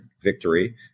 victory